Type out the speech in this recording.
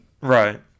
Right